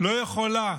לא יכולה,